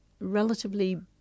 relatively